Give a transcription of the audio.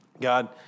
God